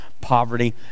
poverty